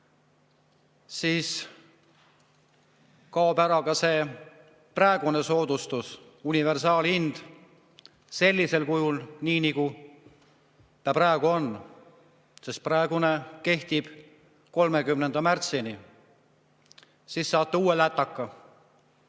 siis kaob ära ka see praegune soodustus, universaalhind sellisel kujul, nii nagu ta praegu on, sest praegune kehtib 30. märtsini. Siis saate uue lätaka.